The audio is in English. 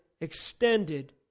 extended